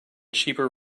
cheaper